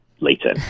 later